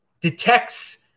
detects